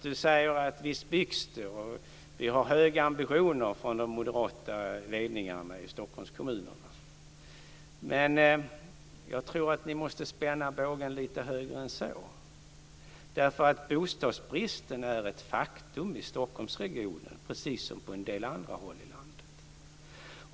Du säger: Visst byggs det! Vi har höga ambitioner från de moderata ledningarna i Stockholmskommunerna. Men jag tror att ni måste spänna bågen lite högre än så. Bostadsbristen är nämligen ett faktum i Stockholmsregionen precis som på en del andra håll i landet.